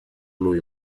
lui